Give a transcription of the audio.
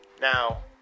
Now